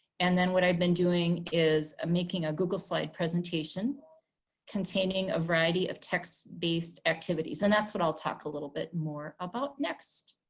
and then what i've been doing is making a google slide presentation containing a variety of text-based activities. and that's what i'll talk a little bit more about next.